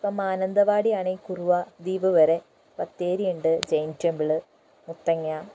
ഇപ്പം മാനന്തവാടി ആണെങ്കിൽ കുറുവ ദ്വീപ് വരെ ബത്തേരിയുണ്ട് ജൈൻ ടെമ്പിൾ മുത്തങ്ങ